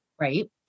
right